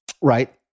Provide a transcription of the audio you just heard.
right